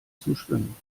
zuschwimmen